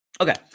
Okay